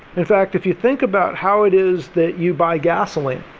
in fact, if you think about how it is that you buy gasoline,